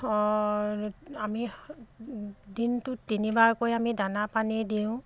আমি দিনটোত তিনিবাৰকৈ আমি দানা পানী দিওঁ